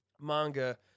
manga